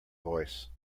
voice